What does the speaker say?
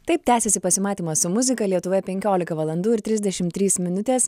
taip tęsiasi pasimatymas su muzika lietuvoje penkiolika valandų ir trisdešimt trys minutės